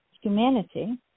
humanity